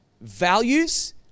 Values